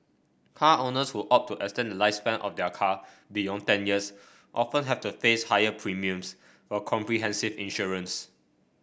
car owners who opt to extend the lifespan of their car beyond ten years often have to a face higher premiums for comprehensive insurance